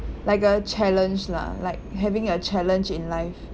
like a challenge lah like having a challenge in life